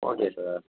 okay sir